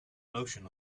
notion